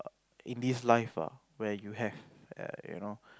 in this life ah where you have err you know